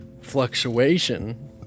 fluctuation